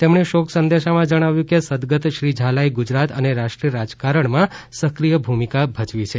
તેમણે શોક સંદેશામાં જણાવ્યું છે કે સદગત શ્રી ઝાલાએ ગુજરાત અને રાષ્ટ્રીય રાજકારણમાં સક્રિય ભૂમિકા ભજવી છે